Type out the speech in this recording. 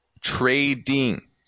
trading